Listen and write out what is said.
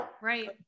Right